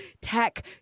tech